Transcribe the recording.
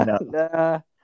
No